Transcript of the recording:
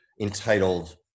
entitled